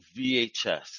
VHS